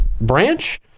branch